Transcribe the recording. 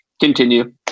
Continue